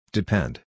Depend